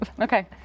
Okay